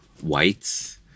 whites